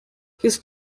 his